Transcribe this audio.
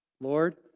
Lord